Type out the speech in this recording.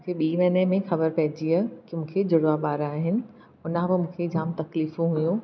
मूंखे ॿी महीने में ख़बर पइजी वियो की मूंखे जुड़वा ॿार आहिनि हुनखां पोइ मूंखे जाम तकलीफ़ूं हुइयूं